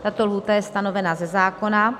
Tato lhůta je stanovena ze zákona.